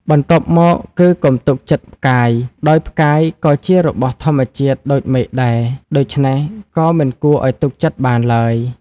បន្ទាប់មកគឺ កុំទុកចិត្តផ្កាយ ដោយផ្កាយក៏ជារបស់ធម្មជាតិដូចមេឃដែរ ដូច្នេះក៏មិនគួរឲ្យទុកចិត្តបានឡើយ ។